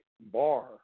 bar